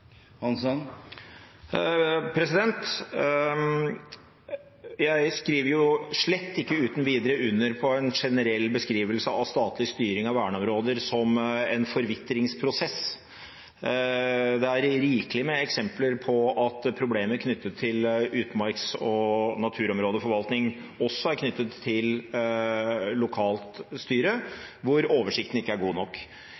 Hansson på at kommunane og grunneigarane skal sterkare inn i forvaltninga av slike område? Jeg skriver slett ikke uten videre under på en generell beskrivelse av statlig styring av verneområder som en forvitringsprosess. Det er rikelig med eksempler på at problemer knyttet til utmarks- og naturområdeforvaltning også er knyttet til lokalt